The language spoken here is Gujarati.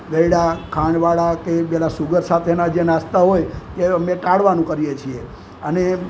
ગળ્યા ખાંડવાળા કે પેલા જે સુગર સાથેના જે નાસ્તા હોય એ અમે ટાળવાનું કરીએ છીએ અને